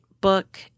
book